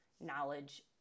knowledge